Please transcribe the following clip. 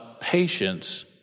patience